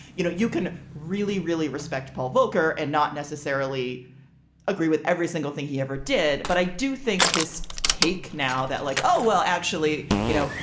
you know, you can really, really respect paul volcker and not necessarily agree with every single thing he ever did. but i do think this take now that like, oh, well, actually, you know,